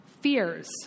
Fears